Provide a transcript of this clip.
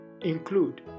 include